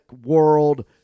world